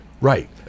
Right